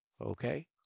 okay